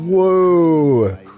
Whoa